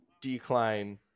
decline